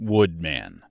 Woodman